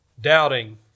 Doubting